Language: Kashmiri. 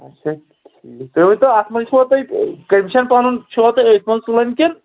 اَچھا ٹھیٖک تُہۍ ؤنۍتو اَتھ منٛز چھُوا تُہۍ کٔمِشَن پَنُن چھُوا تُہۍ أتھۍ منٛز تُلان کِنہٕ